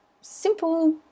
simple